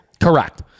Correct